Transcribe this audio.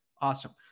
awesome